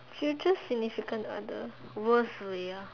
future significant other worst way ah